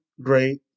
great